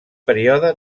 període